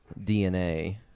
DNA